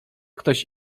ktoś